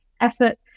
effort